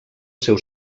seu